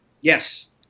Yes